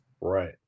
Right